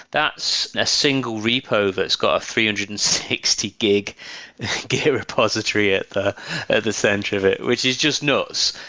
that's a single repo that's got three hundred and sixty gig git repository at the at the center of it, which is just nuts.